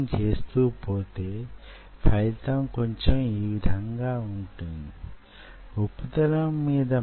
దీని వలన యీ కణాల ఎదుగుదలకు తగినన్ని పోషకాలు లభిస్తాయి